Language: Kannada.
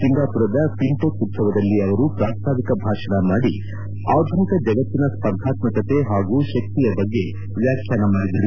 ಸಿಂಗಾಪುರದ ಫಿನ್ಟೆಕ್ ಉತ್ತವದಲ್ಲಿ ಅವರು ಪ್ರಸ್ತಾವಿಕ ಭಾಷಣ ಮಾಡಿ ಆಧುನಿಕ ಜಗತ್ತಿನ ಸ್ಪರ್ಧಾತ್ತಕತೆ ಹಾಗೂ ಶಕ್ತಿಯ ಬಗ್ಗೆ ವ್ಯಾಖ್ಯಾನ ಮಾಡಿದರು